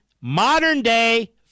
Modern-day